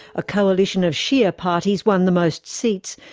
a coalition of shia parties won the most seats,